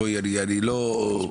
לא היה